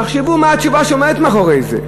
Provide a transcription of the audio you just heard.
תחשבו מה התשובה שעומדת מאחורי זה.